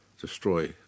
destroy